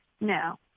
No